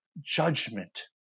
judgment